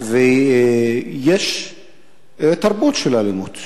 ויש תרבות של אלימות,